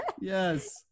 Yes